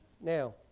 Now